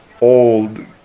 old